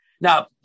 now